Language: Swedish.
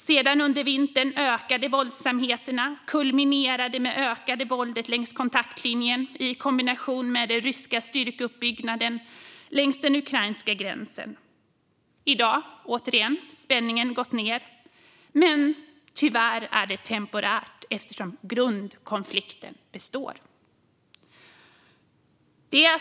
Sedan under vintern ökade våldsamheterna och kulminerade med det ökade våldet längs kontaktlinjen i kombination med den ryska styrkeuppbyggnaden längs den ukrainska gränsen. I dag har spänningen återigen gått ned, men tyvärr är det temporärt eftersom grundkonflikten består.